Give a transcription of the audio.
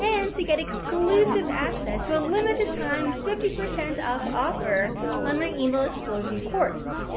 and to get exclusive access to a limited-time fifty percent off offer on my email explosion course,